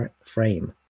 frame